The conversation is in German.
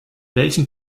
welchen